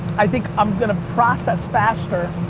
i think i'm going to process faster